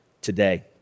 today